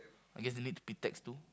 I guess it need to be taxed too